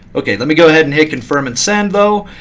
ok, let me go ahead and hit confirm and send, though.